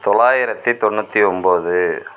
தொள்ளாயிரத்தி தொண்ணூற்றி ஒம்பது